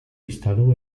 instaló